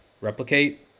replicate